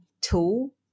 tool